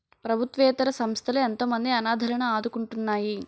ప్రభుత్వేతర సంస్థలు ఎంతోమంది అనాధలను ఆదుకుంటున్నాయి